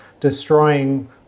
destroying